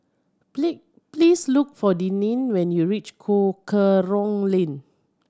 please look for Denine when you reach Cool Kerong Lane